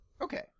Okay